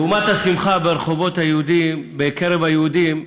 לעומת השמחה בקרב היהודים,